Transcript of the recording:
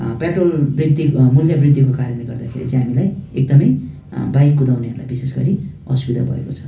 petrol वृद्धि मुल्य वृद्धिको कारणले गर्दाखेरि चाहिँ हामीलाई एकदमै बाइक कुदाउनेहहरूलाई विशेष गरी असुविधा भएको छ